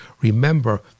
Remember